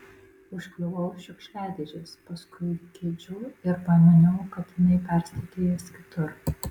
užkliuvau už šiukšliadėžės paskui kėdžių ir pamaniau kad jinai perstatė jas kitur